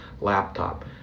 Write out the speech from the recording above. laptop